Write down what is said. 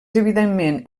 evidentment